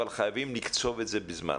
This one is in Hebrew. אבל חייבים לקצוב את זה בזמן.